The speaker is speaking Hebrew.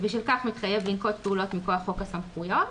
ובשל כך מתחייב לנקוט פעולות מכוח חוק הסמכויות.